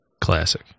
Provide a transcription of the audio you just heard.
Classic